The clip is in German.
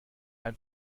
ein